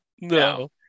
no